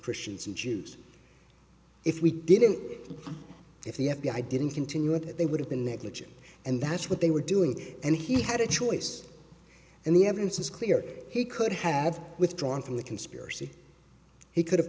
christians and jews if we didn't if the f b i didn't continue with it they would have been negligent and that's what they were doing and he had a choice and the evidence is clear he could have withdrawn from the conspiracy he could